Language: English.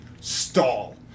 stall